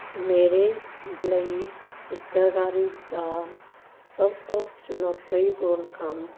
ਮੇਰੇ ਲਈ ਚਿੱਤਰਕਾਰੀ ਦਾ ਸਭ ਤੋਂ ਚੁਣੌਤੀਪੂਰਨ ਕੰਮ